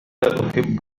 أحب